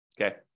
Okay